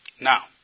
Now